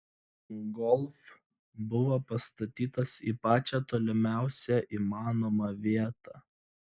golf buvo pastatytas į pačią tolimiausią įmanomą vietą